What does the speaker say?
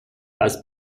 als